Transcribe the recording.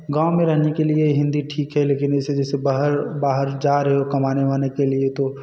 गाँव में रहने के लिए हिंदी ठीक है लेकिन जैसे जैसे बाहर बाहर जा रहे हो कमाने वमाने के लिए तो